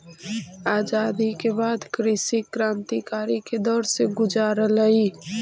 आज़ादी के बाद कृषि क्रन्तिकारी के दौर से गुज़ारलई